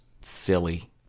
silly